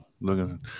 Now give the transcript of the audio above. Looking